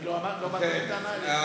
לא באתי בטענה אליך.